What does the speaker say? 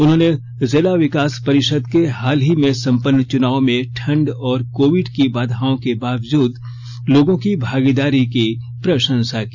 उन्होंने जिला विकास परिषद के हाल ही में संपन्न चुनावों में ठंढ और कोविड की बाधाओं के बावजूद लोगों की भागीदारी की प्रशंसा की